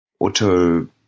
auto